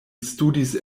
studis